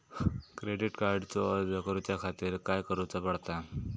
Credit कार्डचो अर्ज करुच्या खातीर काय करूचा पडता?